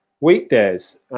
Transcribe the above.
weekdays